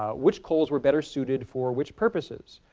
ah which coals were better suited for which purposes?